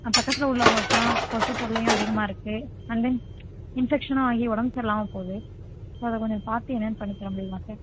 பக்கத்தில் உள்ளவங்களுக்கெல்லாம் கொசு தொல்லையும் அதிகமாக இருக்கு வந்து இன்ஃபக்ஷனும் ஆகி உடம்பு சரில்லாம போவுது ஸோ அதை கொஞ்சம் பார்த்து என்னென்று பண்ணி தர முடியுமா சார்